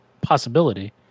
possibility